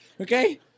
Okay